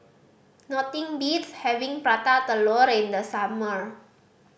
nothing beats having Prata Telur in the summer